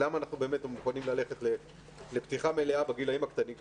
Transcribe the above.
למה אנחנו באמת יכולים ללכת לפתיחה מלאה בגילאים הקטנים?